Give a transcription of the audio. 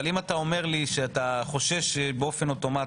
אבל אם אתה אומר לי שאתה חושש שייפסל באופן אוטומט,